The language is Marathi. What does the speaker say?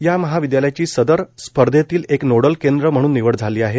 या महाविद्यालयाची सदर स्पर्धेसाठी एक नोडल केंद्र म्हणून निवड झाली आहे